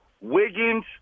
Wiggins